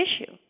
issue